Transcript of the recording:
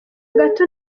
gato